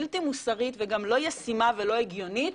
בלתי מוסרית וגם לא ישימה ולא הגיונית,